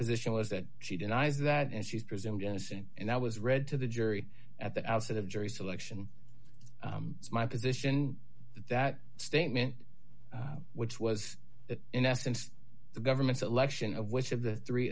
position was that she denies that and she's presumed innocent and i was read to the jury at the outset of jury selection my position that statement which was in essence the government selection of which of the three